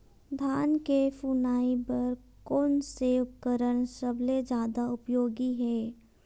धान के फुनाई बर कोन से उपकरण सबले जादा उपयोगी हे?